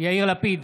יאיר לפיד,